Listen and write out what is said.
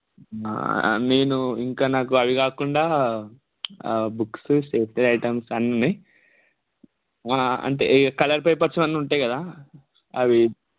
నేను ఇంక నాకు అవి కాకుండా బుక్స్ స్టేషనరీ ఐటమ్స్ అన్నీ ఉన్నాయి అంటే ఇక కలర్ పేపర్స్ అన్నీ ఉంటాయి కదా అవి